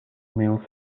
mills